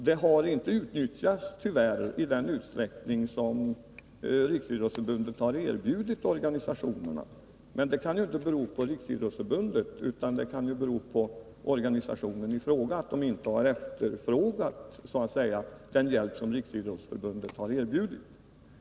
Detta har tyvärr inte utnyttjats i den utsträckning som Riksidrottsförbundet har erbjudit organisationerna. Men det beror inte på Riksidrottsförbundet, utan det kan ju bero på organisationerna själva — att de inte har efterfrågat den hjälp som Riksidrottsförbundet har erbjudit.